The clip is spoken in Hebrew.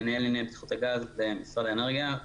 מנהל ענייני בטיחות הגז במשרד האנרגיה,